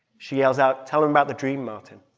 she yells out tell them about the dream, martin.